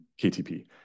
KTP